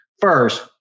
first